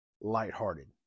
lighthearted